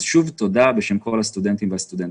שוב, תודה בשם כל הסטודנטים והסטודנטיות.